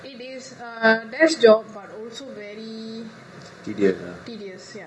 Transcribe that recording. it is a desk job but also very tedious yup